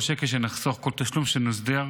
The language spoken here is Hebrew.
כל שקל שנחסוך, כל תשלום שנסדיר,